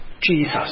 Jesus